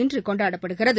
இன்றுகொண்டாடப்படுகிறது